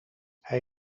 hij